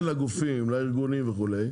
לגופים, לארגונים וכו',